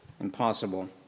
impossible